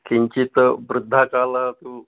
किञ्चित् वृद्धाकाले तु